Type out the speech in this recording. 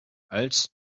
als